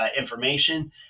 information